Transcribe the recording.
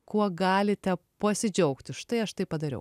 kuo galite pasidžiaugti štai aš tai padariau